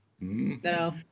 No